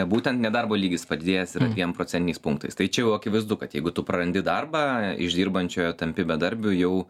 būtent nedarbo lygis padidėjęs yra dviem procentiniais punktais tai čia jau akivaizdu kad jeigu tu prarandi darbą iš dirbančiojo tampi bedarbiu jau